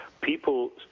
people